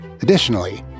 Additionally